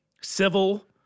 civil